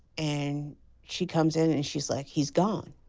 and she comes in and she's like, he's gone.